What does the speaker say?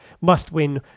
must-win